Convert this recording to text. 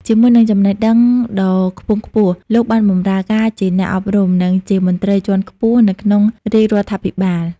ជាមួយនឹងចំណេះដឹងដ៏ខ្ពង់ខ្ពស់ លោកបានបម្រើការជាអ្នកអប់រំ និងជាមន្ត្រីជាន់ខ្ពស់នៅក្នុងរាជរដ្ឋាភិបាល។